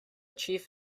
chief